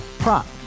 Prop